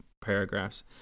paragraphs